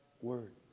word